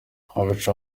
abica